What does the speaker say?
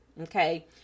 Okay